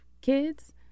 kids